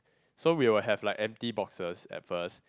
so we will have like empty boxes at first